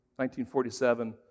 1947